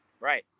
right